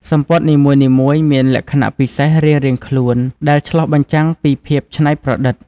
សំពត់នីមួយៗមានលក្ខណៈពិសេសរៀងៗខ្លួនដែលឆ្លុះបញ្ចាំងពីភាពច្នៃប្រឌិត។